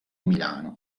milano